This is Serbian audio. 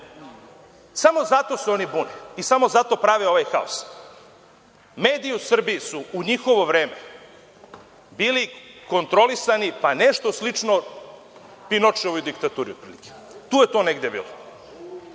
Samo zato se oni bune i samo zato prave ovaj haos. Mediji u Srbiji su u njihovo vreme bili kontrolisani, pa nešto slično Pinočeovoj diktaturi otprilike. Tu je to negde bilo.